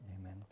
Amen